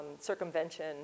circumvention